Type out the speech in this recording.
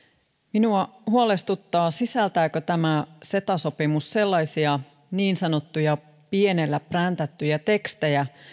minua huolestuttaa sisältääkö tämä ceta sopimus sellaisia niin sanottuja pienellä präntättyjä tekstejä